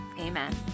amen